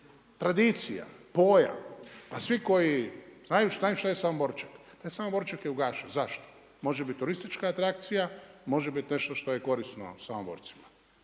tradicija, pojam a svi koji znaju šta je Samoborček, taj Samoborček je ugašen, zašto? Može biti turistička atrakcija može biti nešto što je korisno Samoborcima,